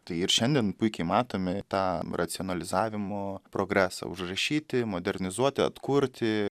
tai ir šiandien puikiai matome tą racionalizavimo progresą užrašyti modernizuoti atkurti